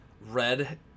red